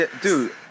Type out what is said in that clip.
Dude